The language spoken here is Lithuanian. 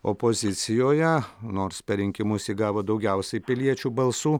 opozicijoje nors per rinkimus ji gavo daugiausiai piliečių balsų